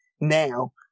now